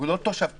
הוא לא תושב קבע,